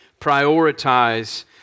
prioritize